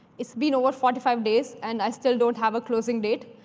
it's been over forty five days, and i still don't have a closing date.